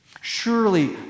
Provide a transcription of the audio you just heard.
Surely